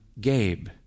Gabe